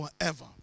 forever